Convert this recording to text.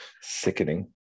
Sickening